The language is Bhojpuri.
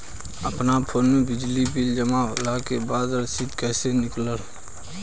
अपना फोन मे बिजली बिल जमा होला के बाद रसीद कैसे निकालम?